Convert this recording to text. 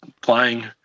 playing